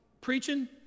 preaching